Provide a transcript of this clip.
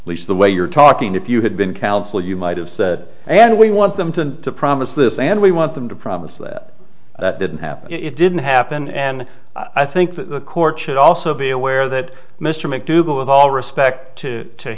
least the way you're talking to you had been counsel you might have said that and we want them to promise this and we want them to promise that that didn't happen it didn't happen and i think the court should also be aware that mr mcdougal with all respect to